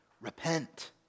Repent